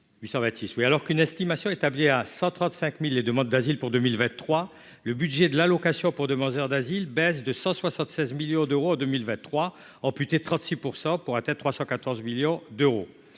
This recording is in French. alors qu'une estimation établie à 135000 les demandes d'asile pour 2023, le budget de l'allocation pour demandeurs d'asile, baisse de 176 millions d'euros en 2023 amputé 36 pour pourrait être 314 millions d'euros